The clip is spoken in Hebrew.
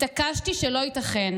התעקשתי שלא ייתכן.